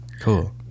Cool